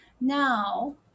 Now